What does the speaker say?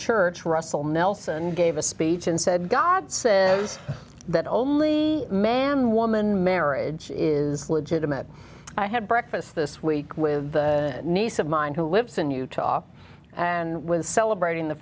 church russell nelson gave a speech and said god says that only man woman marriage is legitimate i have breakfast this week with the niece of mine who lives in utah and was celebrating the